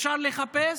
אפשר לחפש,